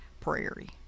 prairie